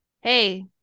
Hey